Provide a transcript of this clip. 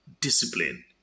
discipline